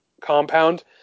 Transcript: compound